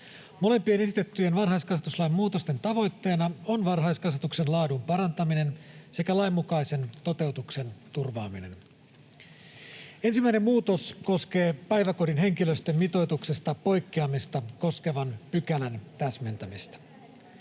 Molempien esitettyjen varhaiskasvatuslain muutosten tavoitteena on varhaiskasvatuksen laadun parantaminen sekä lainmukaisen toteutuksen turvaaminen. Ensimmäinen muutos koskee päiväkodin henkilöstömitoituksesta poikkeamista koskevan pykälän täsmentämistä.